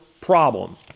problem